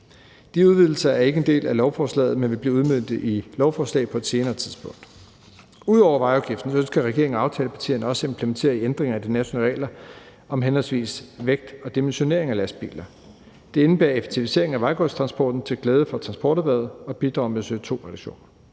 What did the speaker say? De udvidelser er ikke en del af lovforslaget, men vil blive udmøntet i lovforslag på et senere tidspunkt. Ud over vejafgiften ønsker regeringen og aftalepartierne også at implementere ændringer af de nationale regler om henholdsvis vægt og dimensionering af lastbiler. Det indebærer effektivisering af vejgodstransporten til glæde for transporterhvervet og bidrager med CO2-reduktioner.